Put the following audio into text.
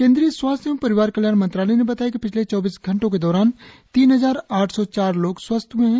केंद्रीय स्वास्थ्य एवं परिवार कल्याण मंत्रालय ने बताया है कि पिछले चौबीस घंटो के दौरान तीन हजार आठ सौ चार लोग स्वस्थ हए हैं